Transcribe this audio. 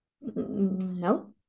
No